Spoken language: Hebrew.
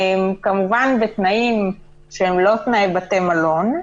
בתנאים שהם לא תנאי בתי מלון,